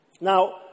Now